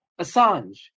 Assange